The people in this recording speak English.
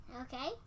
Okay